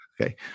Okay